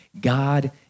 God